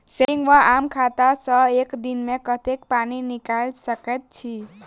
Saving वा आम खाता सँ एक दिनमे कतेक पानि निकाइल सकैत छी?